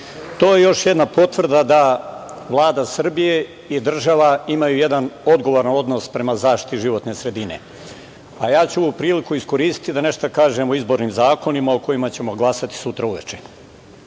To je još jedna potvrda da Vlada Srbije i država imaju jedan odgovoran odnos prema zaštiti životne sredine. Ja ću ovu priliku iskoristiti da nešto kažem o izbornim zakonima o kojima ćemo glasati sutra uveče.